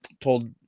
told